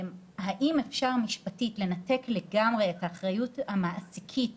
האם אפשר משפטית לנתק לגמרי, את האחריות המעסיקית